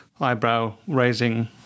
eyebrow-raising